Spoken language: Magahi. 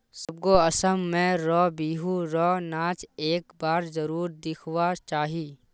सबको असम में र बिहु र नाच एक बार जरुर दिखवा चाहि